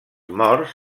morts